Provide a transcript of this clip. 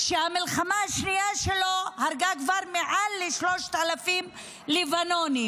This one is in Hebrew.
שהמלחמה השנייה שלו הרגה כבר מעל ל-3,000 לבנונים.